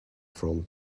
from